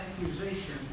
accusation